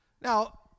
Now